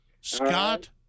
Scott